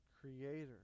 Creator